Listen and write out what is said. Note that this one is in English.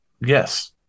Yes